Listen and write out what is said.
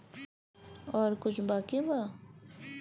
और कुछ बाकी बा?